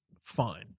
fine